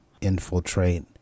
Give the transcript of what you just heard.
infiltrate